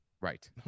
right